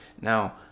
Now